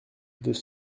deux